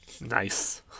Nice